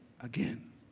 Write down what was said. again